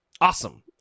awesome